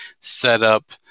setup